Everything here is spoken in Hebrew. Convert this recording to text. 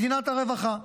מדינת הרווחה.